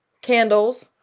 candles